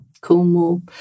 Cornwall